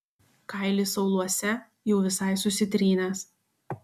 kailis auluose jau visai susitrynęs